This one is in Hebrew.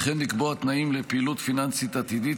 וכן לקבוע תנאים לפעילות פיננסית עתידית,